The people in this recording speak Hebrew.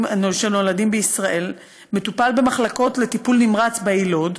שנולדים בישראל מטופל במחלקות לטיפול נמרץ ביילוד,